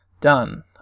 done